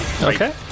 Okay